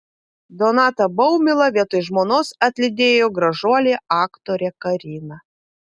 donatą baumilą vietoj žmonos atlydėjo gražuolė aktorė karina